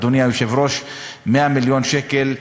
אדוני היושב-ראש, 100 מיליון שקלים.